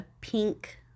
pink